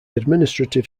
administrative